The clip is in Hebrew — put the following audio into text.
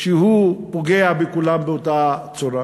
שהוא פוגע בכולם באותה צורה?